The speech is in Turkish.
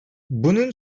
bunun